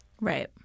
Right